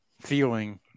feeling